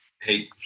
hey